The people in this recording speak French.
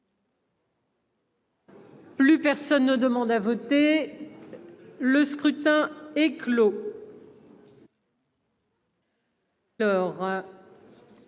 Plus personne ne demande à voter. Le scrutin est clos.